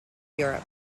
europe